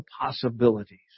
possibilities